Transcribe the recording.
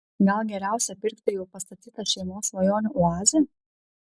gal geriausia pirkti jau pastatytą šeimos svajonių oazę